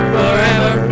forever